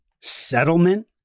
settlement